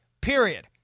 Period